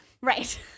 Right